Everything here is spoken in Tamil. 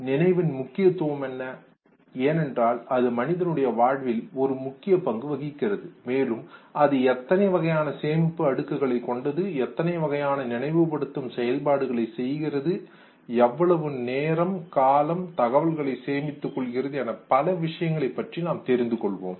நினைவின் முக்கியத்துவம் என்ன ஏனென்றால் அது மனிதனுடைய வாழ்வில் ஒரு முக்கிய பங்கு வகிக்கிறது மேலும் அது எத்தனை வகையான சேமிப்பு அடுக்குகளை கொண்டது எத்தனை வகையான நினைவுபடுத்தும் செயல்பாடுகளை செய்கிறது எவ்வளவு நேரம் காலம் தகவல்களை சேமித்துக் கொள்கிறது என பல விஷயங்களை நாம் தெரிந்து கொள்வோம்